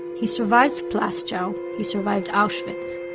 he survived plaszow. he survived auschwitz.